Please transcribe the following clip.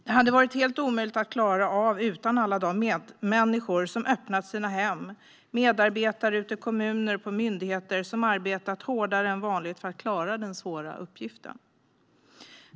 Det hade varit helt omöjligt att klara av utan alla de medmänniskor som öppnat sina hem och medarbetare ute i kommuner och på myndigheter som arbetat hårdare än vanligt för att klara den svåra uppgiften.